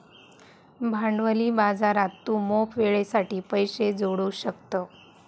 भांडवली बाजारात तू मोप वेळेसाठी पैशे जोडू शकतं